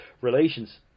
relations